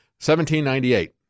1798